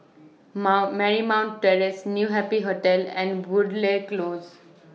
Marymount Terrace New Happy Hotel and Woodleigh Close